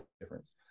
difference